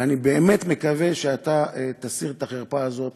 ואני באמת מקווה שאתה תסיר את החרפה הזאת